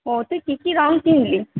ও তুই কী কী রং কিনলি